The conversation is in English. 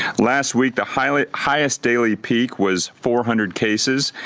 last week the highlight highest daily peak was four hundred cases,